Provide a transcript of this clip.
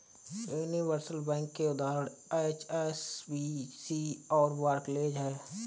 universal bank के उदाहरण HSBC और बार्कलेज हैं